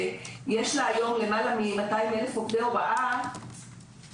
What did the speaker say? שזה כבר יותר מדיניות של המעסיק ואיך הוא מתמודד עם הסיטואציה הזו.